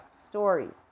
stories